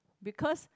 because